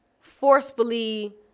forcefully